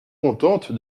contente